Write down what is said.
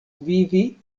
vivi